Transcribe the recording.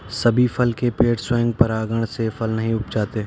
सभी फल के पेड़ स्वयं परागण से फल नहीं उपजाते